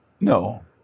No